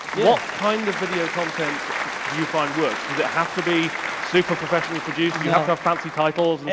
what kind of video content do you find works? does it have to be super-professionally produced? do you have to have fancy titles?